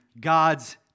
God's